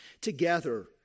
together